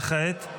וכעת?